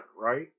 right